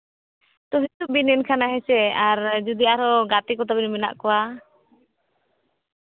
ᱛᱚ ᱦᱤᱡᱩᱜ ᱵᱤᱱ ᱮᱱᱠᱷᱟᱱ ᱦᱟᱸᱜ ᱦᱮᱥᱮ ᱡᱩᱫᱤ ᱟᱨ ᱟᱨᱦᱚᱸ ᱜᱟᱛᱮ ᱠᱚ ᱛᱟᱹᱵᱤᱱ ᱢᱮᱱᱟᱜ ᱠᱚᱣᱟ